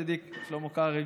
ידידי שלמה קרעי,